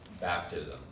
baptism